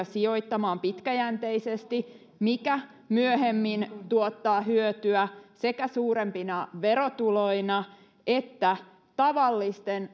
sijoittamaan pitkäjänteisesti mikä myöhemmin tuottaa hyötyä sekä suurempina verotuloina että tavallisten